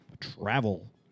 travel